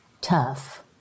tough